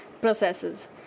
processes